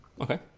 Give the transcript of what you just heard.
Okay